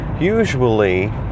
usually